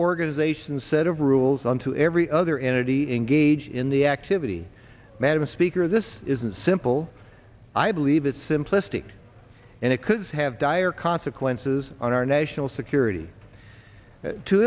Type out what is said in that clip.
organization set of rules on to every other entity engage in the activity madam speaker this isn't simple i believe it simplistic and it could have dire consequences on our national security to